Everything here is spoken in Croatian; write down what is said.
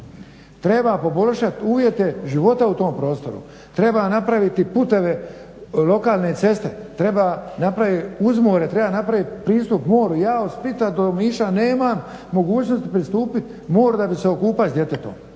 Treba poboljšati uvjete života u tom prostoru, treba napraviti puteve lokalne ceste, treba napraviti uzmimo da treba napraviti pristup moru, ja od Splita do Omiša nemam mogućnosti pristup moru da bih se okupao s djetetom.